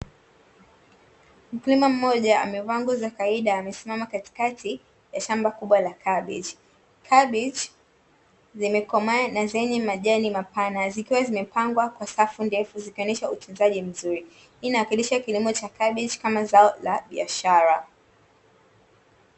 Mkulima mmoja amevaa nguo za kawaida, amesimama katikati ya shamba kubwa la kabichi. Kabichi zimekomaa na zenye majani mapana, zikiwa zimepangwa kwa safu ndefu zikionyesha utunzaji mzuri. Hii inawakilisha kilimo cha kabichi kama zao la biashara.